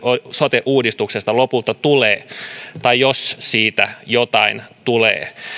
sote uudistuksesta lopulta tulee jos siitä jotain tulee